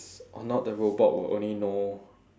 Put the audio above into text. or not the robot will only know